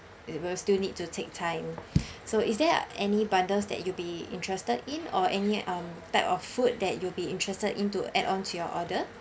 it will still need to take time so is there any bundles that you'll be interested in or any um type of food that you'll be interested in to add onto your order